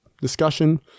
discussion